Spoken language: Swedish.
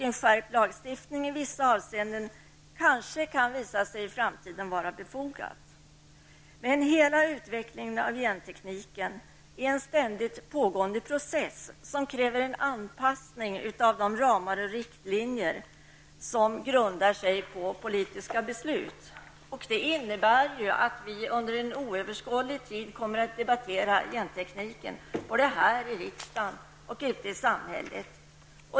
En skärpt lagstiftning i vissa avseenden kanske i framtiden kan visa sig vara befogad. Hela utvecklingen av gentekniken är en ständigt pågående process, som kräver en anpassning av de ramar och riktlinjer som grundar sig på politiska beslut. Det innebär att vi under en oöverskådlig tid kommer att debattera genteknik, både här i riksdagen och ute i samhället.